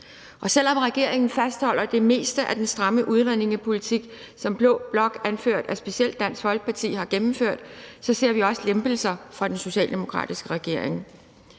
Og selv om regeringen fastholder det meste af den stramme udlændingepolitik, som blå blok anført af specielt Dansk Folkeparti har gennemført, så ser vi også lempelser fra den socialdemokratiske regerings